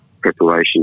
preparation